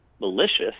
malicious